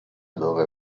dove